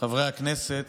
חברי הכנסת,